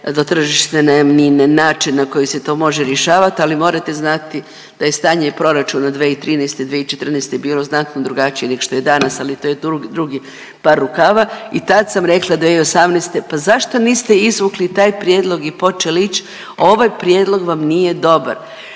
do tržišne najamnine način na koji se to može rješavati, ali morate znati da je i stanje proračuna 2013.-2014. bilo znatno drugačije nego što je danas, ali to je drugi par rukava i tad sam rekla 2018. pa zašto niste izvukli taj prijedlog i počeli ići, ovaj prijedlog vam nije dobar.